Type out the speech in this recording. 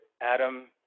Adam